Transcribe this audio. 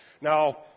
Now